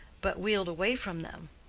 but wheeled away from them.